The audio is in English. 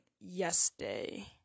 Yesterday